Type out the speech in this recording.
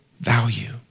value